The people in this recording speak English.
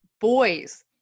boys